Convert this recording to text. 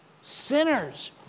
Sinners